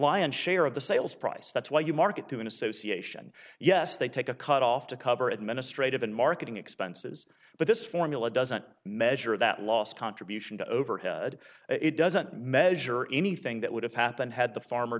lion's share of the sales price that's why you market to an association yes they take a cut off to cover administrative and marketing expenses but this formula doesn't measure that last contribution to overhead it doesn't measure anything that would have happened had the farmer